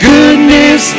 Goodness